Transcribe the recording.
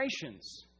generations